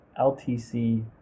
LTC